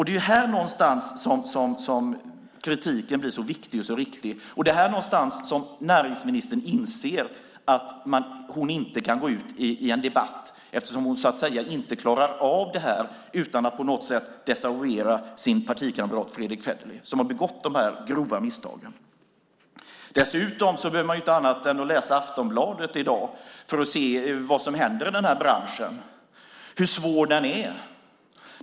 Det är här någonstans som kritiken blir så viktig och så riktig, och det är här någonstans som näringsministern inser att hon inte kan gå ut i en debatt eftersom hon så att säga inte klarar av det här utan att på något sätt desavouera sin partikamrat Fredrick Federley som begått så grova misstag. Dessutom behöver man bara läsa Aftonbladet i dag för att se vad som händer i restaurangbranschen och hur svår den är.